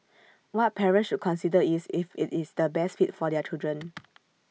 what parents should consider is if IT is the best fit for their children